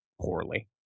poorly